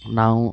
ನಾವು